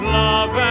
love